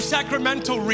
Sacramento